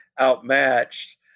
outmatched